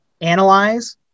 analyze